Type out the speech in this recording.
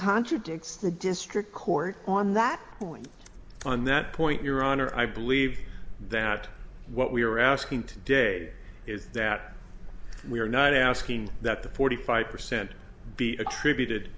contradicts the district court on that point on that point your honor i believe that what we are asking today is that we are not asking that the forty five percent be attributed